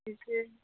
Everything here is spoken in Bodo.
बिदि